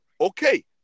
Okay